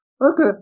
okay